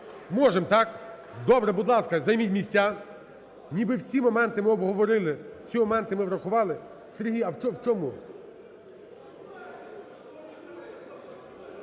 Можемо, так? Добре, будь ласка, займіть місця. Ніби всі моменти ми обговорили, всі моменти ми врахували. Сергій, а в чому?...